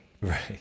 Right